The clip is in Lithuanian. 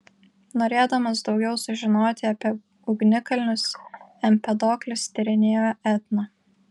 norėdamas daugiau sužinoti apie ugnikalnius empedoklis tyrinėjo etną